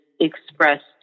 expressed